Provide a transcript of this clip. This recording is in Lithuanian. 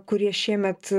kurie šiemet